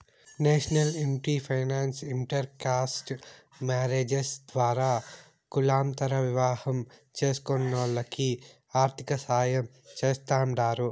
national ఇంటి finance inter caste marriages ద్వారా కులాంతర వివాహం చేస్కునోల్లకి ఆర్థికసాయం చేస్తాండారు